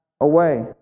away